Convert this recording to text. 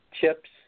*Chips*